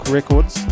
Records